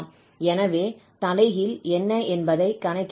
எனவே தலைகீழ் என்ன என்பதை கணக்கிட வேண்டும்